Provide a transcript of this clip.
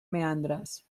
meandres